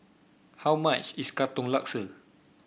how much is Katong Laksa